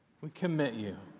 we commit you